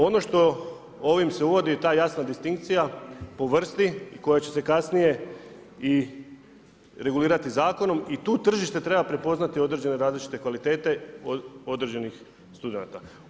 Ono što, ovim se uvodi ta jasna distinkcija, po vrsti, koja će se kasnije i regulirati zakonom i tu tržište treba prepoznati određene različite kvalitete, od određenih studenata.